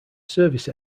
service